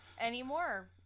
anymore